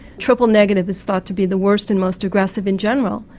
triple negative is thought to be the worst and most aggressive in general,